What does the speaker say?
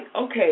okay